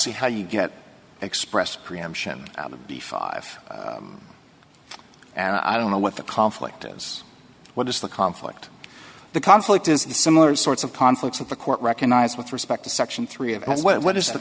see how you get expressed preemption out of the five and i don't know what the conflict is what is the conflict the conflict is similar sorts of conflicts that the court recognized with respect to section three of what is the